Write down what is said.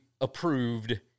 approved